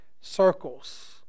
circles